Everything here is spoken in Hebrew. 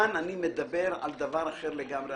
כאן אני מדבר על דבר אחר לגמרי.